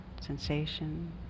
sensation